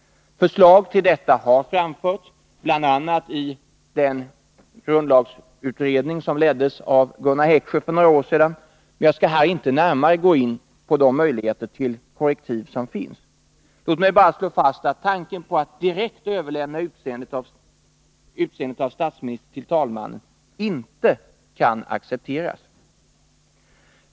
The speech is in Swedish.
Förslag till detta har framförts, bl.a. i en grundlagsutredning för några år sedan som leddes av Gunnar Heckscher. Jag skall här inte närmare gå in på de möjligheter till korrektiv som finns. Låt mig bara slå fast att tanken på att direkt överlämna utseendet av statsminister till talmannen icke kan accepteras.